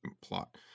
plot